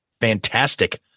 fantastic